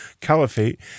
caliphate